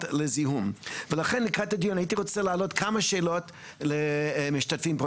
לזיהום ולכן לקראת הדיון ההייתי רוצה לעלות כמה שאלות למשתתפים פה,